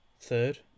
third